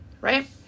right